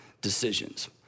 decisions